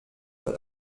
but